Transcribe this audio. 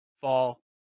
Fall